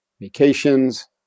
vacations